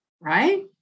right